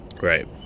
Right